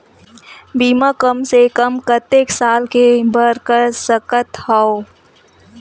बीमा कम से कम कतेक साल के बर कर सकत हव?